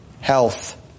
health